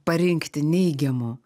parinkti neigiamų